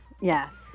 Yes